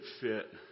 fit